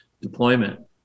deployment